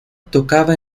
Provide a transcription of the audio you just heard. tocaba